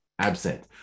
absent